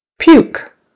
Puke